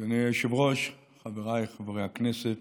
אדוני היושב-ראש, חבריי חברי הכנסת,